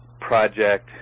project